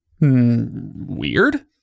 weird